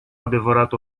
adevărat